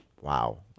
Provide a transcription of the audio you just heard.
wow